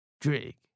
Drake